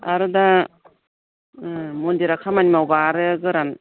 आरो दा मन्दिरा खामानि मावोबा आरो गोरान